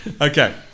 okay